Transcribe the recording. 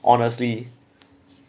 honestly